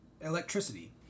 electricity